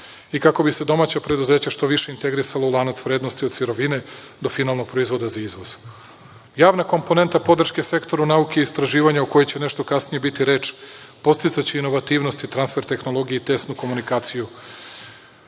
i kako bi se domaća preduzeća što više integrisala u lanac vrednosti od sirovine do finalnog proizvoda za izvoz. Javna komponenta podrške Sektoru nauke i istraživanja, o kojoj će nešto kasnije biti reči, podsticaće inovativnost i transfer tehnologije i tesnu komunikaciju